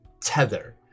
tether